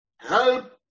Help